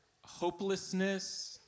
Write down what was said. hopelessness